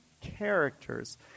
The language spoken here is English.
characters